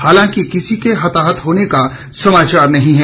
हालांकि किसी के हताहत होने का समाचार नहीं है